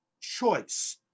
choice